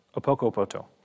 Opokopoto